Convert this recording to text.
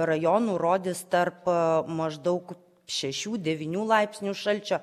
rajonų rodys tarp maždaug šešių devynių laipsnių šalčio